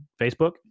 Facebook